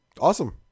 Awesome